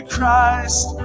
Christ